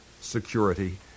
security